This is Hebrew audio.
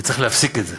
וצריך להפסיק את זה.